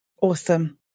Awesome